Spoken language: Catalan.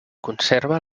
conserva